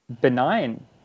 benign